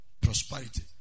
Prosperity